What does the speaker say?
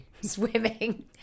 swimming